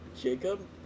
Jacob